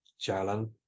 Jalan